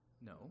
No